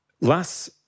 Last